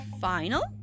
final